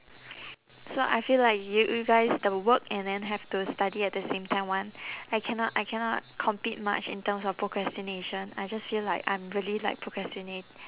so I feel like you you guys the work and then have to study at the same time [one] I cannot I cannot compete much in terms of procrastination I just feel like I'm really like procrastinat~